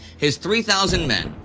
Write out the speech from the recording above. his three thousand men,